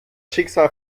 schicksal